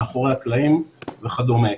מאחורי הקלעים וכדומה.